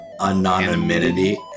Anonymity